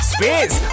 Space